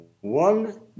One